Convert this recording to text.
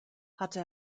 hatte